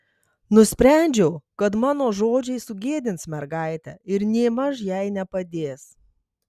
nusprendžiau kad mano žodžiai sugėdins mergaitę ir nėmaž jai nepadės